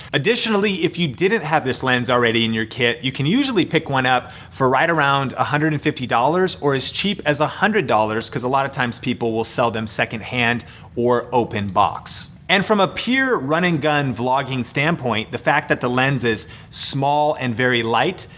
additionally, if you didn't have this lens already in your kit, you can usually pick one up for right around one hundred and fifty dollars or as cheap as one ah hundred dollars cause a lot of times people will sell them second hand or open box. and from a pure, run and gun vlogging stand point, the fact that the lens is small and very light,